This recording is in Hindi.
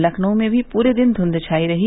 लखनऊ में भी पूरे दिन धूंघ छाई रही